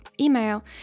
email